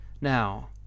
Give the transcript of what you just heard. Now